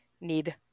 need